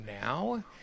now